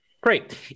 Great